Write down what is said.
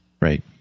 Right